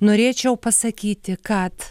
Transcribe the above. norėčiau pasakyti kad